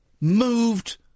moved